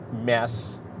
mess